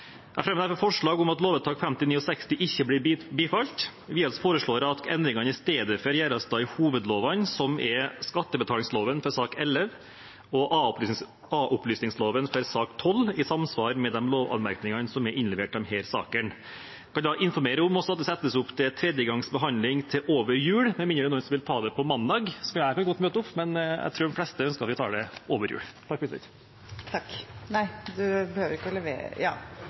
Jeg fremmer derfor forslag om at lovvedtakene 59 og 60 ikke blir bifalt. Vi foreslår at endringene i stedet gjøres i hovedlovene, som er skattebetalingsloven i sak nr. 11 og a-opplysningsloven i sak nr. 12, i samsvar med de lovanmerkningene som er innlevert i disse sakene. Jeg kan da informere om at det settes opp til tredje gangs behandling over jul, med mindre det er noen som vil ta det på mandag. Jeg kan godt møte opp, men jeg tror de fleste ønsker at vi tar det over jul. Flere har ikke